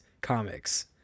comics